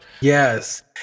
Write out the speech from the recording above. Yes